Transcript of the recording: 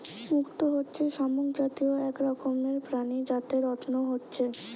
মুক্ত হচ্ছে শামুক জাতীয় এক রকমের প্রাণী যাতে রত্ন হচ্ছে